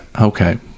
Okay